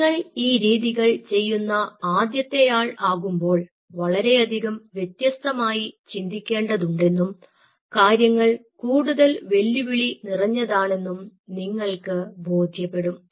നിങ്ങൾ ഈ രീതികൾ ചെയ്യുന്ന ആദ്യത്തെ ആൾ ആകുമ്പോൾ വളരെയധികം വ്യത്യസ്തമായി ചിന്തിക്കേണ്ടതുണ്ടെന്നും കാര്യങ്ങൾ കൂടുതൽ വെല്ലുവിളി നിറഞ്ഞതാണെന്നും നിങ്ങൾക്ക് ബോധ്യപ്പെടും